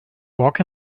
walk